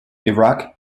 iraq